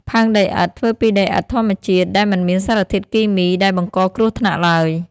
ផើងដីឥដ្ឋធ្វើពីដីឥដ្ឋធម្មជាតិ ដែលមិនមានសារធាតុគីមីដែលបង្កគ្រោះថ្នាក់ឡើយ។